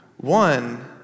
One